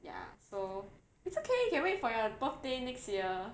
ya so it's okay you can wait for your birthday next year